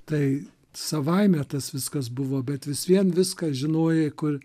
tai savaime tas viskas buvo bet vis vien viską žinojai kur